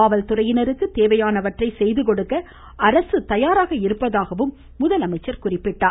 காவல்துறையினருக்கு தேவையானவற்றை செய்த கொடுக்க அரசு தயாராக இருப்பதாகவும் அவர் எடுத்துரைத்தார்